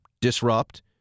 disrupt